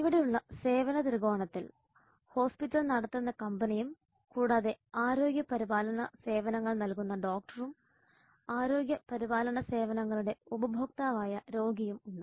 ഇവിടെയുള്ള സേവന ത്രികോണത്തിൽ ഹോസ്പിറ്റൽ നടത്തുന്ന കമ്പനയും കൂടാതെ ആരോഗ്യ പരിപാലന സേവനങ്ങൾ നൽകുന്ന ഡോക്ടറും ആരോഗ്യ പരിപാലന സേവനങ്ങളുടെ ഉപഭോക്താവായ രോഗിയും ഉണ്ട്